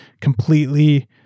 completely